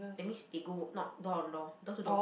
that means they go knock door on door door to door